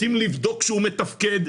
רוצים לבדוק שהוא מתפקד?